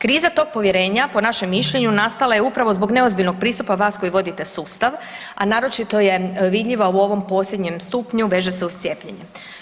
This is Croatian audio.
Kriza tog povjerenja po našem mišljenju, nastala je upravo zbog neozbiljnog pristupa vas koji vodite sustav a naročito je vidljiva u ovom posljednjem stupnju, veže se uz cijepljenje.